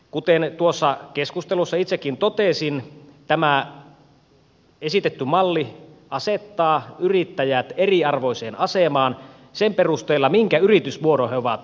kuten tuossa keskustelussa itsekin totesin tämä esitetty malli asettaa yrittäjät eriarvoiseen asemaan sen perusteella minkä yritysmuodon he ovat valinneet